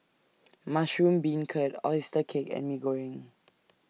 Mushroom Beancurd Oyster Cake and Mee Goreng